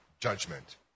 judgment